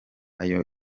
ayo